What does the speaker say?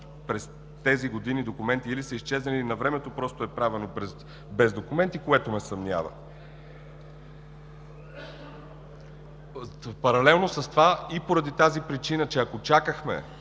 през тези години документи или са изчезнали, или навремето е правено без документи, което ме съмнява. Паралелно с това и поради тази причина, че ако чакахме